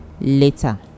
later